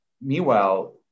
meanwhile